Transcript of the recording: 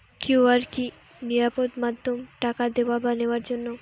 QR কি নিরাপদ মাধ্যম টাকা দেওয়া বা নেওয়ার জন্য?